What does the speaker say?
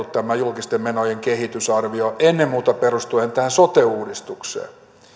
tämä julkisten menojen kehitysarvio on rakennettu ennen muuta perustuen tähän sote uudistukseen että